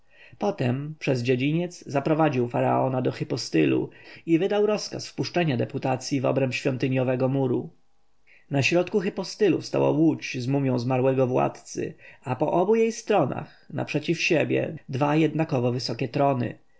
potem przez dziedziniec zaprowadził faraona do hipostylu i wydał rozkaz wpuszczenia deputacji w obręb świątyniowego muru na środku hipostylu stała łódź z mumją zmarłego władcy a po obu jej stronach naprzeciw siebie dwa jednakowo wysokie trony